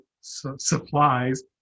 supplies